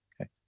Okay